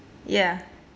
ya